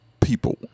people